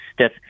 stiff